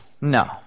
no